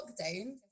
lockdown